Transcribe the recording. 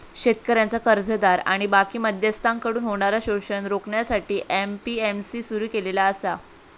शेतकऱ्यांचा कर्जदार आणि बाकी मध्यस्थांकडसून होणारा शोषण रोखण्यासाठी ए.पी.एम.सी सुरू केलेला आसा